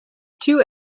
two